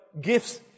gifts